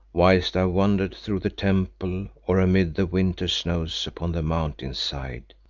whilst i wandered through the temple or amid the winter snows upon the mountain side,